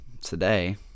today